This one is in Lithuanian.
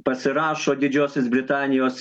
pasirašo didžiosios britanijos